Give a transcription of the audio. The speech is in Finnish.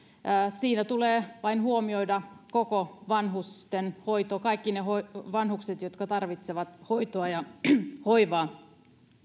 siinä tulee vain huomioida koko vanhustenhoito kaikki ne vanhukset jotka tarvitsevat hoitoa ja hoivaa